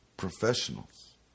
professionals